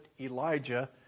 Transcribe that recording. Elijah